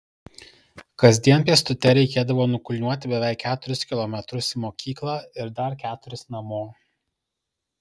kasdien pėstute reikėdavo nukulniuoti beveik keturis kilometrus į mokyklą ir dar keturis namo